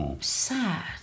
sad